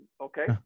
okay